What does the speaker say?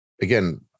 again